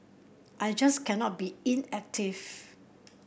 I just cannot be inactive